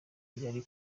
ari